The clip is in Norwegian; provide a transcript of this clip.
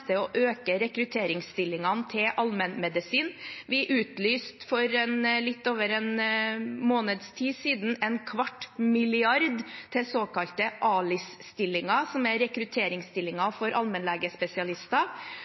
å øke rekrutteringsstillingene til allmennmedisin. Vi utlyste for litt over en måneds tid siden en kvart milliard til såkalte ALIS-stillinger, som er